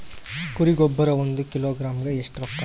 ಕುರಿ ಗೊಬ್ಬರ ಒಂದು ಕಿಲೋಗ್ರಾಂ ಗ ಎಷ್ಟ ರೂಕ್ಕಾಗ್ತದ?